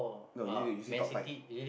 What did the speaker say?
no you say you say top five